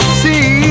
see